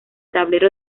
tablero